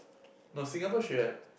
no Singapore should have